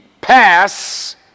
pass